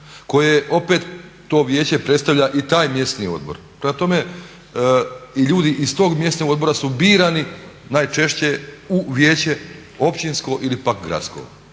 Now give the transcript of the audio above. koje opet to vijeće predstavlja i taj mjesni odbor, prema tome i ljudi iz tog mjesnog odbora su birani najčešće u vijeće općinsko ili pak gradsko.